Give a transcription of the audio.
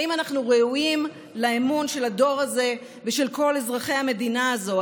האם אנחנו ראויים לאמון של הדור הזה ושל כל אזרחי המדינה הזו,